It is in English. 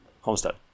Homestead